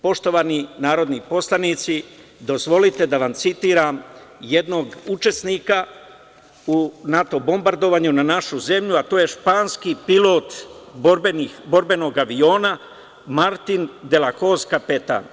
Poštovani narodni poslanici dozvolite da vam citiram jednog učesnika u NATO bombardovanju na našu zemlju, a to je španski pilot borbenog aviona Martin de la Hoz, kapetan.